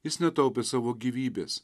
jis netaupė savo gyvybės